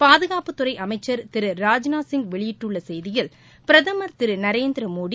பாதுகாப்புத்துறை அமைச்சா் திரு ராஜ்நாத்சிங் வெளியிட்டுள்ள செய்தியில் பிரதமள் திரு நரேந்திரமோடி